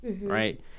right